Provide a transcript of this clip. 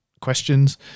questions